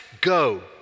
go